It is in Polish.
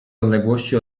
odległości